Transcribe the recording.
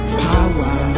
power